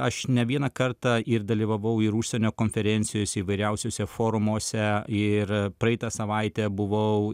aš ne vieną kartą ir dalyvavau ir užsienio konferencijose įvairiausiuose forumuose ir praeitą savaitę buvau